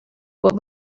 what